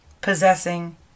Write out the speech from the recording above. possessing